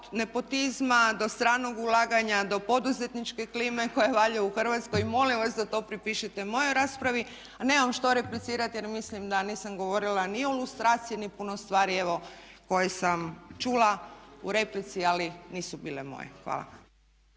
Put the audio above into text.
od nepotizma do stranog ulaganja, do poduzetničke klime koja …/Govornica se ne razumije./… u Hrvatskoj i molim vas da to pripišete mojoj raspravi. A nemam što replicirati jer mislim da nisam govorila ni o lustraciji, ni puno stvari evo koje sam čula u replici ali nisu bile moje. Hvala.